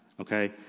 Okay